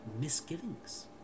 misgivings